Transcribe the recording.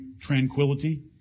tranquility